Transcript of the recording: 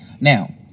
Now